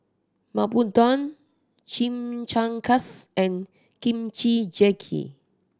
Papadum Chimichangas and Kimchi Jjigae